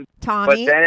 Tommy